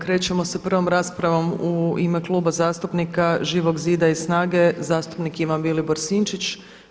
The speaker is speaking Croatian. Krećemo sa prvom raspravom u ime Kluba zastupnika Živog zida i SNAGA-e zastupnik Ivan Vilibor Sinčić.